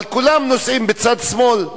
אבל כולם נוסעים בצד שמאל,